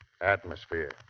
Atmosphere